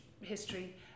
history